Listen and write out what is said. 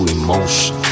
emotion